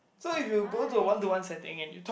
so you go to a one to one setting and you talk